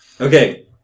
Okay